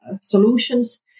solutions